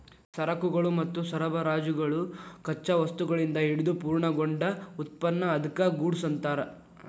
ಸರಕುಗಳು ಮತ್ತು ಸರಬರಾಜುಗಳು ಕಚ್ಚಾ ವಸ್ತುಗಳಿಂದ ಹಿಡಿದು ಪೂರ್ಣಗೊಂಡ ಉತ್ಪನ್ನ ಅದ್ಕ್ಕ ಗೂಡ್ಸ್ ಅನ್ತಾರ